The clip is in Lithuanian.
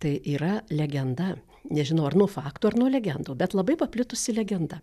tai yra legenda nežinau ar nuo fakto ar nuo legendų bet labai paplitusi legenda